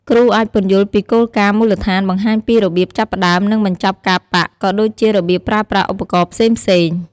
គ្រូអាចពន្យល់ពីគោលការណ៍មូលដ្ឋាន បង្ហាញពីរបៀបចាប់ផ្ដើម និងបញ្ចប់ការប៉ាក់ ក៏ដូចជារបៀបប្រើប្រាស់ឧបករណ៍ផ្សេងៗ។